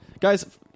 guys